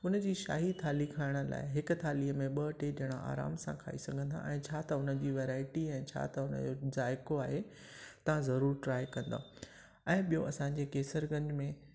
हुनजी शाही थाली खाइण लाइ हिकु थालीअ में ॿ टे ॼणा आराम सां खाई सघंदा ऐं छा त उन्हनि जी वैरायटी ऐं छा त हुनजो ज़ायक़ो आहे ता ज़रूरु ट्राए कंदो ऐं ॿियों असांजे केसरगंज में